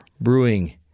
brewing